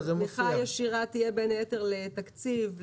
תמיכה ישירה תהיה בין היתר לתקציב,